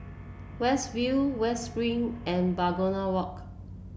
West View West Spring and Begonia Walk